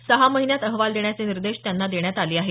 सहा महिन्यात अहवाल देण्याचे निर्देश त्यांना देण्यात आले आहेत